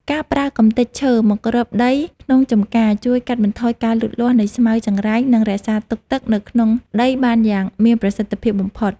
ការប្រើកម្ទេចឈើមកគ្របដីក្នុងចម្ការជួយកាត់បន្ថយការលូតលាស់នៃស្មៅចង្រៃ និងរក្សាទុកទឹកនៅក្នុងដីបានយ៉ាងមានប្រសិទ្ធភាពបំផុត។